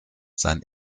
sein